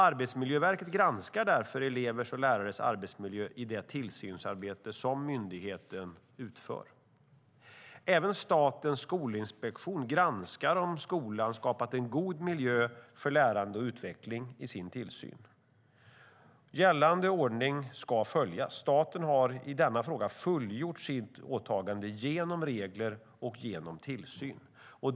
Arbetsmiljöverket granskar därför elevers och lärares arbetsmiljö i det tillsynsarbete som myndigheten utför. Även Statens skolinspektion granskar om skolan skapat en god miljö för lärande och utveckling i sin tillsyn. Gällande ordning ska följas, och staten har i denna fråga fullgjort sitt åtagande genom regler och genom tillsyn.